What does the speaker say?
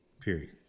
Period